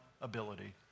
ability